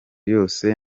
yose